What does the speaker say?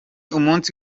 umunsi